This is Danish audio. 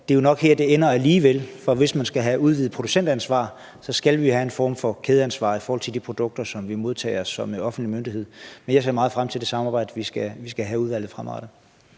at det nok er her, det alligevel ender. For hvis man skal have udvidet producentansvar, skal vi have en form for kædeansvar i forhold til de produkter, som vi modtager som en offentlig myndighed. Men jeg ser meget frem til det samarbejde, vi skal have i udvalget fremadrettet.